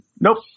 Nope